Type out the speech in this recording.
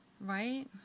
Right